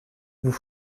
vous